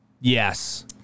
Yes